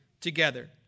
together